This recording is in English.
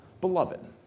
beloved